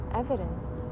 evidence